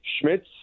Schmitz